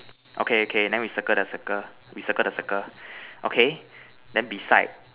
okay okay then we circle the circle we circle the circle okay then beside